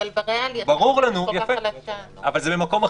--- אבל זה ממקום אחר.